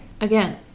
Again